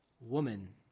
woman